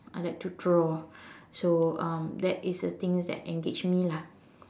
I like to draw so um that is the things that engage me lah